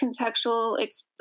contextual